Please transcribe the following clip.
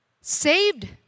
saved